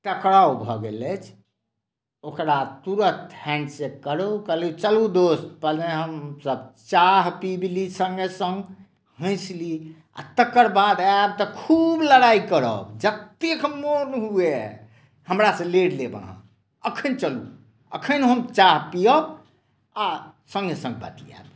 टकराव भऽ गेल अछि ओकरा तुरत हैण्डशेक करु आ कहू चलू दोस्त पहिले हमसभ चाह पीब ली सङ्गे सङ्ग हँसि ली तकर बाद आएब तऽ खुब लड़ाई करब जतेक मन हुए हमरा सॅं लड़ि लेब अहाँ अखन चलू अखन हम चाह पियब आ सङ्गे सङ्ग बतियाएब